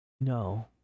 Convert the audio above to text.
No